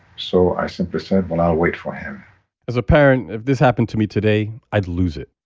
so i simply said, well, i'll wait for him as a parent, if this happened to me today, i'd lose it.